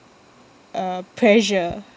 uh pressure